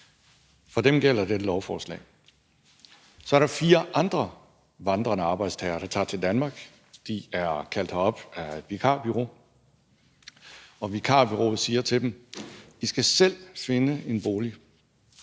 For dem gælder dette lovforslag. Så er der fire andre vandrende arbejdstagere, der tager til Danmark. De er kaldt herop af et vikarbureau, og vikarbureauet siger til dem: I skal selv finde en bolig.